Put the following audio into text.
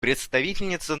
представительница